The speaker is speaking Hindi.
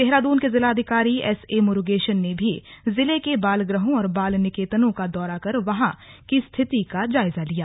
देहरादून के जिलाधिकारी एस ए मुरूगेशन ने भी जिले के बाल गृहों और बाल निकेतनों का दौरा कर वहां की स्थिति का जायजा लिया